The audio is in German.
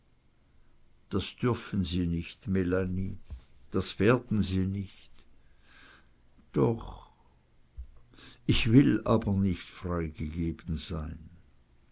das dürfen sie nicht melanie das werden sie nicht doch ich will aber nicht freigegeben sein